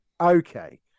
Okay